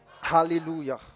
Hallelujah